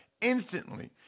instantly